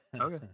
Okay